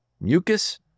mucus